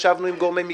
ישבנו עם גורמי מקצוע,